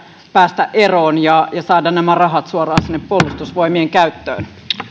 päästä eroon ja saada nämä rahat suoraan sinne puolustusvoimien käyttöön